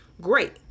great